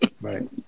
Right